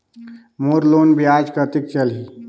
मोर loan ब्याज कतेक चलही?